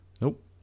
nope